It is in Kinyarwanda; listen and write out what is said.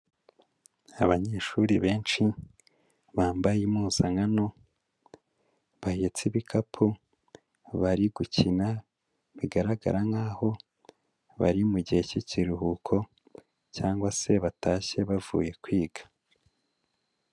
Abanyeshuri benshi bambaye impuzankano bahetsi ibikapu bari gukina bigaragara nk'aho bari mu gihe k'ikiruhuko cyangwa se batashye bavuye kwiga.